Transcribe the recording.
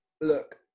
Look